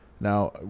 now